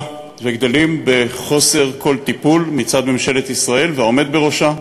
וגדלים בחוסר כל טיפול מצד ממשלת ישראל והעומד בראשה.